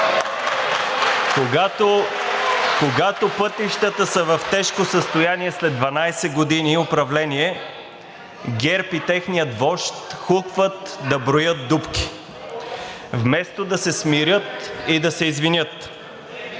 Когато пътищата са в тежко състояние след 12 години управление, ГЕРБ и техният вожд хукват да броят дупки, вместо да се смирят и да се извинят.